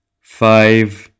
five